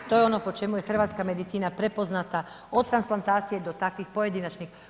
To je ono po čemu je hrvatska medicina prepoznata od transplantacije do takvih pojedinačnih.